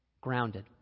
grounded